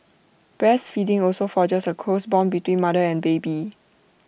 breastfeeding also forges A close Bond between mother and baby